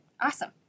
Awesome